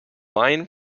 line